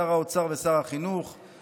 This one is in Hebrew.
שר האוצר ושר החינוך,